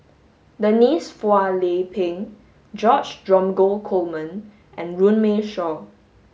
Denise Phua Lay Peng George Dromgold Coleman and Runme Shaw